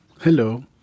Hello